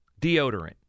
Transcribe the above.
deodorant